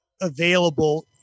available